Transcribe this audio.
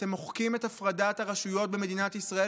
אתם מוחקים את הפרדת הרשויות במדינת ישראל